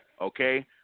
okay